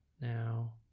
now